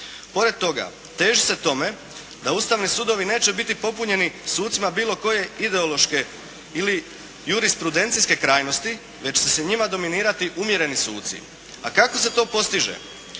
Pored toga, teži se tome, da ustavni sudovi neće biti popunjeni sucima bilo koje ideološke ili juristrudenkcijske krajnosti, jer će njima dominirati umjereni suci. A kako se to postiže?